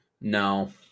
No